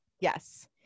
Yes